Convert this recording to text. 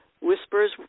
whispers